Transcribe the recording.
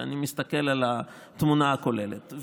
כשאני מסתכל על התמונה הכוללת.